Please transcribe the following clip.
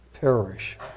perish